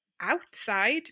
outside